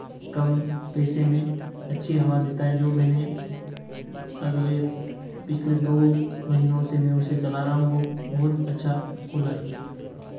कम पैसे में अच्छी हवा देता है जो मैंने अगले पिछले दो महीनों से मैं उसे चला रहा हूँ वो बहुत अच्छा कूलर है